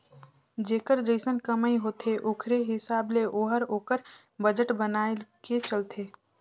जेकर जइसन कमई होथे ओकरे हिसाब ले ओहर ओकर बजट बनाए के चलथे